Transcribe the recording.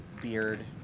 beard